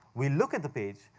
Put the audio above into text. we look at the page,